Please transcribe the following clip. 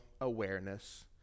awareness